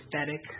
aesthetic